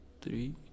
Three